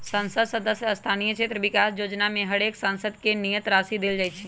संसद सदस्य स्थानीय क्षेत्र विकास जोजना में हरेक सांसद के नियत राशि देल जाइ छइ